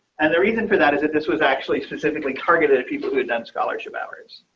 and the reason for that is that this was actually specifically targeted people who done scholarship hours.